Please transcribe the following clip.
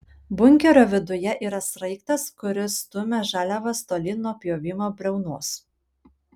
bunkerio viduje yra sraigtas kuris stumia žaliavas tolyn nuo pjovimo briaunos